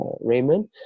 Raymond